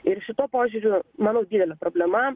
ir šituo požiūriu manau didelė problema